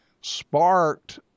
sparked